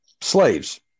slaves